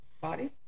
Body